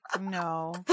no